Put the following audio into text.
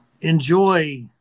enjoy